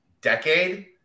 decade